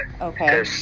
Okay